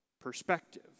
perspective